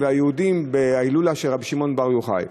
והיהודים בהילולה של רבי שמעון בר יוחאי.